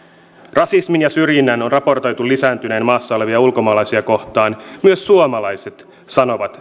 rasismin ja syrjinnän on raportoitu lisääntyneen maassa olevia ulkomaalaisia kohtaan myös suomalaiset sanovat